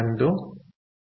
1